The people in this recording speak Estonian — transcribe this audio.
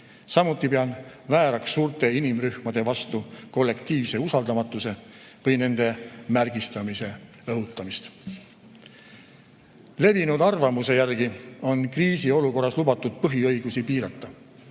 samuti pean vääraks suurte inimrühmade vastu kollektiivse usaldamatuse või nende märgistamise õhutamist. Levinud arvamuse järgi on kriisiolukorras lubatud põhiõigusi piirata.